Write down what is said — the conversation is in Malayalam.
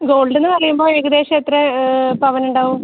ഗോൾഡ്ന്ന് പറയുമ്പോൾ ഏകദേശം എത്ര പവനുണ്ടാവും